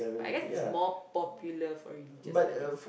but I guess it's more popular for religious studies